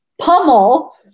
pummel